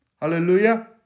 Hallelujah